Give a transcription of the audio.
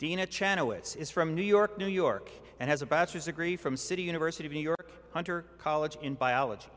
dean a channel is from new york new york and has a bachelor's degree from city university of new york hunter college in biology